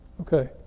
Okay